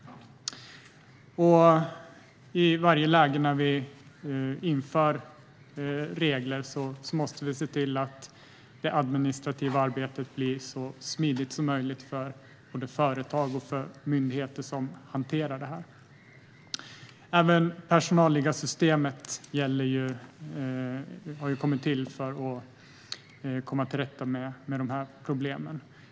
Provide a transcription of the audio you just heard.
I varje läge när vi inför regler måste vi se till att det administrativa arbetet blir så smidigt som möjligt för både företag och myndigheter. Även personalliggarsystemet har ju kommit till för att komma till rätta med de här problemen.